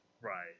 Right